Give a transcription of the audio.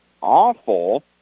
awful